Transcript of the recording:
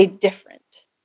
different